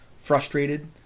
frustrated